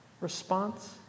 response